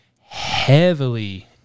heavily